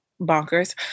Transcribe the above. bonkers